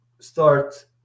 start